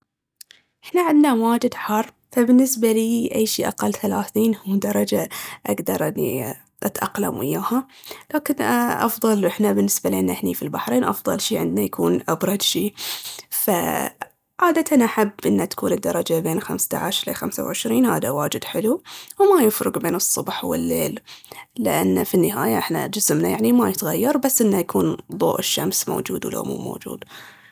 احنا عندنا واجد حر فبالنسبة ليي أي شي أقل من ثلاثين درجة اقدر اني اتاقلم وايها لكن افضل احنا بالنسبة لينا في البحرين، افضل شي عندنا يكون ابرد شي فعادةً احب ان تكون الدرجة بين خمستعش لي خمسة وعشرين، هاذا واجد حلو وما يفرق بين الصبح والليل لأن في النهاية احنا جسمنا يعني ما يتغير بس ان يكون ضوء الشمس موجود لو مو موجود